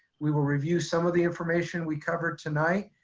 we will review some of the information we covered tonight.